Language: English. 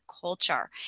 culture